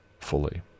fully